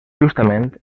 justament